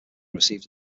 received